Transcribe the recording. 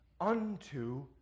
unto